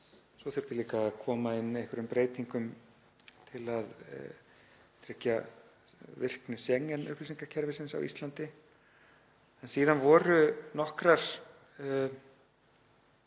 Svo þurfti líka að koma inn einhverjum breytingum til að tryggja virkni Schengen-upplýsingakerfisins á Íslandi. En síðan voru nokkrar